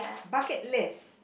bucket list